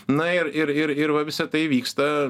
na ir ir ir ir va visa tai vyksta